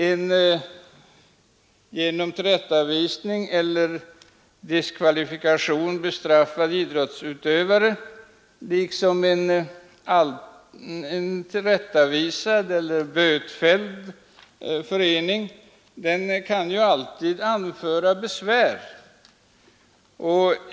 En genom tillrättavisning eller diskvalifikation bestraffad idrottsutövare liksom en tillrättavisad eller bötfälld förening kan alltid anföra besvär i högre instans.